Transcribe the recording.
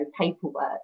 paperwork